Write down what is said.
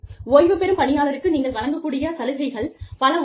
ஓய்வுபெறும் பணியாளர்களுக்கு நீங்கள் வழங்கக்கூடிய சலுகைகள் பல உள்ளன